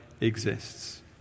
exists